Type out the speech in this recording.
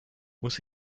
muss